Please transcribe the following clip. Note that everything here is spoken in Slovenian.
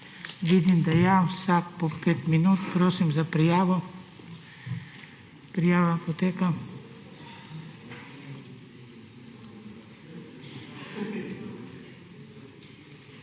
Vidim, da ja. Vsak po pet minut. Prosim za prijavo. Prijava poteka.